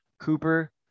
Cooper